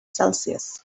celsius